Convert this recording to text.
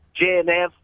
JNF